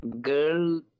Girl